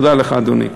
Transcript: תודה לך, אדוני.